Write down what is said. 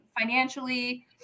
financially